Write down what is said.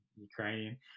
Ukrainian